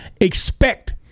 expect